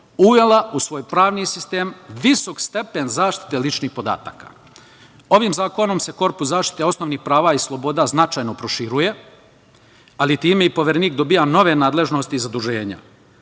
uvela u svoj pravni sistem visok stepen zaštite ličnih podataka. Ovim zakonom se korpus zaštite osnovnih prava i sloboda značajno proširuje, ali time i Poverenik dobija nove nadležnosti i zaduženja.